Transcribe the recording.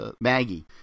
Maggie